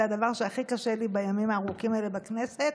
הדבר שהכי קשה לי בימים הארוכים האלה בכנסת